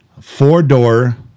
four-door